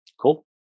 cool